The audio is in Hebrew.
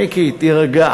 מיקי, תירגע.